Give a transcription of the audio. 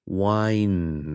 wine